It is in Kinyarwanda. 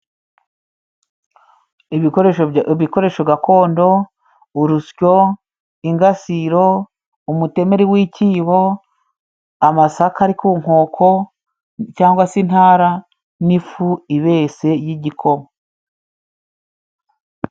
Ibikosho gakondo, urusyo, ingasiro, umutemeri w'icyibo, amasaka ari ku nkoko cyangwa se intara n'ifu ibese y'igikoma.